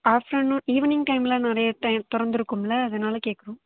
afternoon evening டைம்மில் நிறைய டைம்மில் நிறைய டைம் திறந்துருக்கும்ல அதனால் கேட்குறோம்